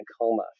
coma